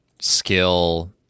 skill